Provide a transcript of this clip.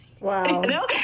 Wow